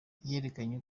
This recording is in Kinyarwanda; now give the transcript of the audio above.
yerekanye